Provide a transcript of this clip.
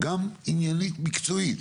גם עניינית, מקצועית.